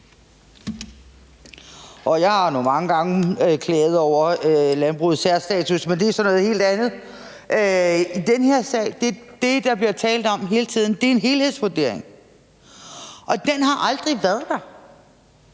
Jeg har nu mange gange klaget over landbrugets særstatus, men det er så noget helt andet. I den her sag er det, der bliver talt om hele tiden, en helhedsvurdering, og den har aldrig været der.